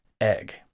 egg